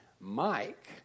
Mike